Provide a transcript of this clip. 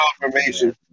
confirmation